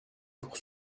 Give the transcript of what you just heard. pour